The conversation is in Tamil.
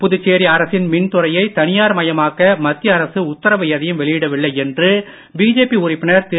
புதுச்சேரி அரசின் மின்துறையை தனியார் மயமாக்க மத்திய அரசு உத்தாவு எதையும் வெளியிட வில்லை என்று பிஜேபி உறுப்பினர் திரு